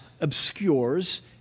obscures